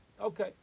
Okay